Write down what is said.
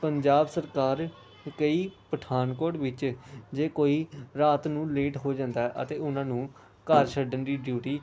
ਪੰਜਾਬ ਸਰਕਾਰ ਕਈ ਪਠਾਨਕੋਟ ਵਿੱਚ ਜੇ ਕੋਈ ਰਾਤ ਨੂੰ ਲੇਟ ਹੋ ਜਾਂਦਾ ਅਤੇ ਉਹਨਾਂ ਨੂੰ ਘਰ ਛੱਡਣ ਦੀ ਡਿਊਟੀ